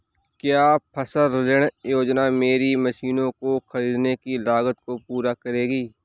क्या फसल ऋण योजना मेरी मशीनों को ख़रीदने की लागत को पूरा करेगी?